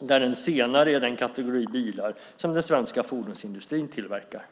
där den senare är den kategori bilar som den svenska fordonsindustrin tillverkar.